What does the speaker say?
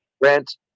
rent